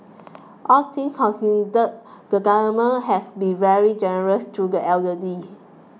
all things considered the Government has been very generous to the elderly